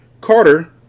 Carter